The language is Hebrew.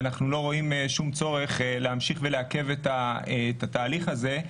אנחנו לא רואים שום צורך להמשיך ולעכב את התהליך הזה.